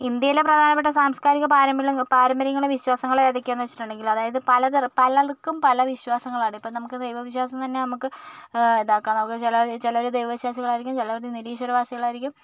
ഇന്ത്യയിലെ പ്രധാനപ്പെട്ട സാംസ്കാരിക പാരമ്പര്യങ്ങളും വിശ്വാസങ്ങളും എതൊക്കെയാന്ന് വെച്ചിട്ടുണ്ടെങ്കില് അതായത് പലർക്കും പല വിശ്വസങ്ങളാണ് ഇപ്പം നമുക്ക് ദൈവ വിശ്വാസം തന്നെ നമുക്ക് ഇതാക്കാം ചിലര് ദൈവ വിശ്വസികളായിരിക്കും ചിലവരു നിരീശ്വരവാസികളായിരിക്കും